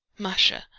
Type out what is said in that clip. masha,